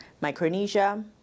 Micronesia